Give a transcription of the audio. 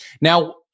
Now